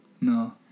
No